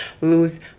lose